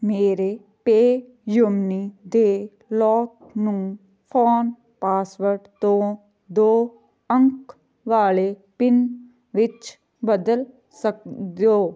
ਮੇਰੇ PayU money ਦੇ lock ਨੂੰ ਫ਼ੋਨ ਪਾਸਵਰਡ ਤੋਂ ਦੋ ਅੰਕ ਵਾਲੇ ਪਿੰਨ ਵਿੱਚ ਬਦਲ ਸਕ ਦੋ